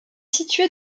située